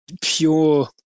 pure